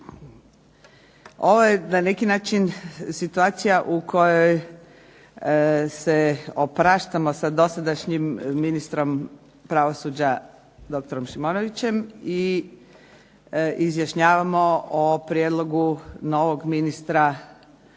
Ovo je na neki način situacija u kojoj se opraštamo sa dosadašnjim ministrom pravosuđa dr. Šimonovićem i izjašnjavamo o prijedlogu novog ministra gospodina